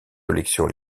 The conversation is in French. collections